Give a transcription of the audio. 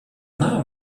name